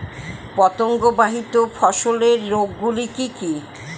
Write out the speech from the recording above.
পতঙ্গবাহিত ফসলের রোগ গুলি কি কি?